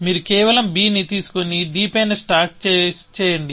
మీరు కేవలం b ని తీసుకొని d పైన స్టాక్ చేయండి